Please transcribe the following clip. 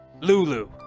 Lulu